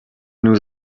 nous